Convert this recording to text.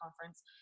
Conference